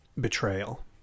betrayal